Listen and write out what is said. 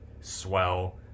swell